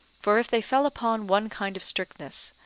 for if they fell upon one kind of strictness,